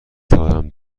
توانم